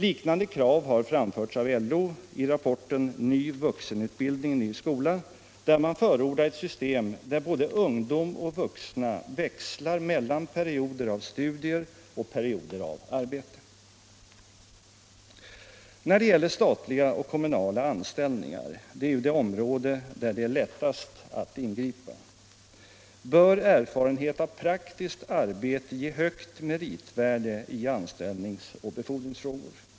Liknande krav har framförts av LO i rapporten Ny vuxenutbildning — ny skola, där man förordar ett system där både ungdom och vuxna växlar mellan perioder av studier och perioder av arbete. När det gäller statliga och kommunala anställningar — det är ju det område där det är lättast att ingripa — bör erfarenhet av praktiskt arbete ge högt meritvärde i anställningsoch befordringsfrågor.